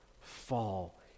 fall